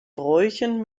bräuchen